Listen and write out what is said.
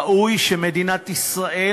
ראוי שמדינת ישראל,